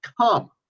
come